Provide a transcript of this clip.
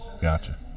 Gotcha